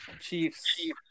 Chiefs